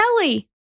Kelly